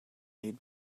played